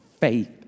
faith